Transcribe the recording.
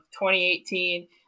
2018